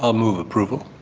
ah move approval.